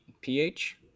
pH